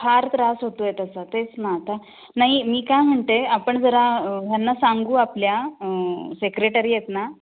फार त्रास होतो आहे त्याचा तेच ना आता नाही मी काय म्हणते आपण जरा ह्यांना सांगू आपल्या सेक्रेटरी आहेत ना